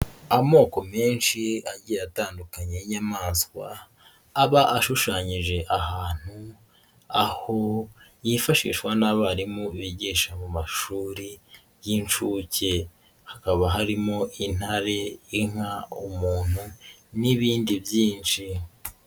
Amoko menshi agiye atandukanye y'inyamaswa aba ashushanyije ahantu, aho yifashishwa n'abarimu bigisha mu mashuri y'inshuke, hakaba harimo intare, inka, umuntu n'ibindi byinshi.